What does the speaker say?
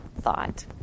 thought